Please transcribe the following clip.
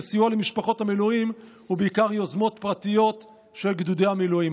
וסיוע למשפחות המילואים הוא בעיקר יוזמות פרטיות של גדודי המילואים.